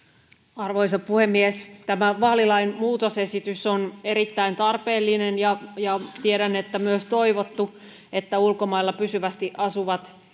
arvoisa puhemies tämä vaalilain muutosesitys on erittäin tarpeellinen ja ja tiedän että myös toivottu että ulkomailla pysyvästi asuvat